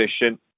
efficient